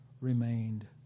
remained